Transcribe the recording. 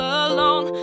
alone